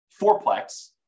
fourplex